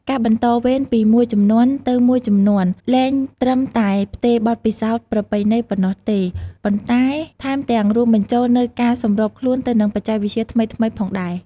ការបន្តវេនពីមួយជំនាន់ទៅមួយជំនាន់លែងត្រឹមតែផ្ទេរបទពិសោធន៍ប្រពៃណីប៉ុណ្ណោះទេ ប៉ុន្តែថែមទាំងរួមបញ្ចូលនូវការសម្របខ្លួនទៅនឹងបច្ចេកវិទ្យាថ្មីៗផងដែរ។